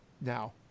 now